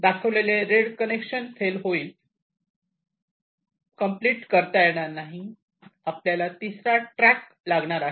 दाखविलेले red connection fail होईल complete करता येणार नाही आपल्याला तिसरा ट्रॅक लागणार आहे